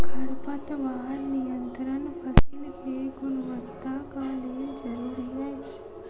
खरपतवार नियंत्रण फसील के गुणवत्ताक लेल जरूरी अछि